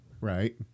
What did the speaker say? Right